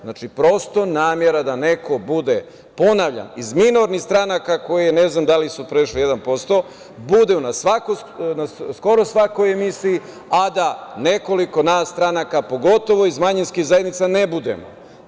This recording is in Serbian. Znači, prosto namera da neko bude, ponavljam, iz minornih stranaka, koje ne znam da li su prešle 1%, na skoro svakoj emisiji, a da nekoliko nas stranaka, pogotovo iz manjinskih zajednica, ne budemo.